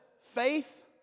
Faith